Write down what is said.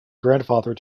grandfather